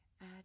add